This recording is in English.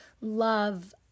love